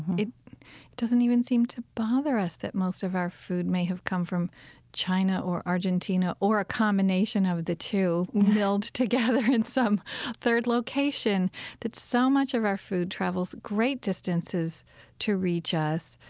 it doesn't even seem to bother us that most of our food may have come from china or argentina or a combination of the two, meld together in some third location that so much of our food travels great distances to reach us,